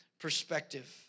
perspective